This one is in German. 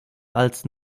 als